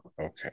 Okay